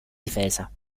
difesa